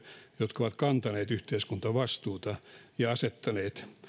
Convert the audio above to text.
jotka ovat kantaneet yhteiskuntavastuuta